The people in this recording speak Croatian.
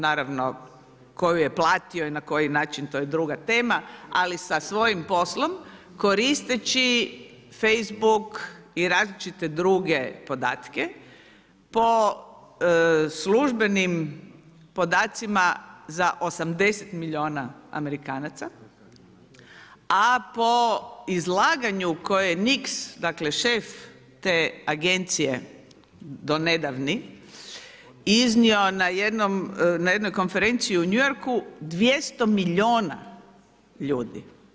Naravno tko ju je platio i na koji način, to je druga tema, ali sa svojim poslom, koristeći Facebook i različite druge podatke, po službenim podacima za 80 milijuna Amerikanaca, a po izlaganju koje je Nix dakle šef te agencije donedavni iznio na jednoj konferenciji u New Yorku, 200 milijuna ljudi.